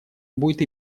будет